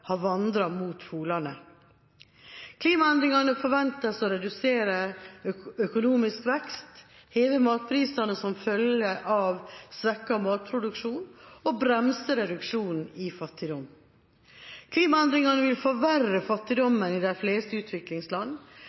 har vandret mot polene. Klimaendringene forventes å redusere økonomisk vekst, heve matprisene som følge av svekket matproduksjon og bremse reduksjonen i fattigdom. Klimaendringene vil forverre fattigdommen i de fleste utviklingsland.